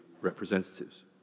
representatives